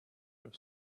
your